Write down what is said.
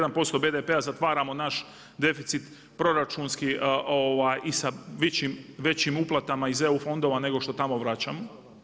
1% BDP-a, zatvaramo naš deficit proračunski i sa većim uplatama iz EU fondova nego što tamo vraćamo.